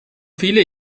viele